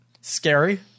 scary